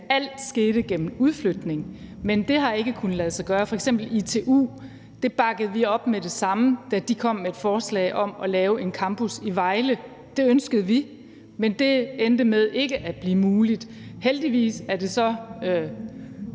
alt skete gennem udflytning, men det har ikke kunnet lade sig gøre. F.eks. bakkede vi det op med det samme, da ITU kom med et forslag om at lave en campus i Vejle. Det ønskede vi, men det endte med ikke at blive muligt. Heldigvis er det så